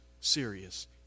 serious